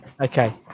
okay